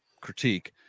critique